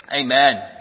Amen